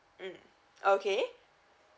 mm okay